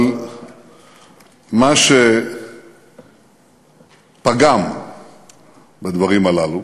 אבל מה שפגם בדברים הללו